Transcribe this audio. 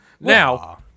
Now